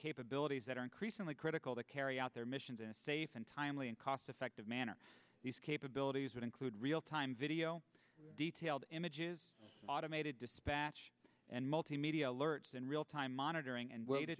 capabilities that are increasingly critical to carry out their missions in a safe and timely and cost effective manner these capabilities would include real time video detailed images automated dispatch and multimedia alerts and real time monitoring and wa